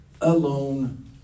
alone